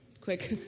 Quick